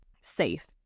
safe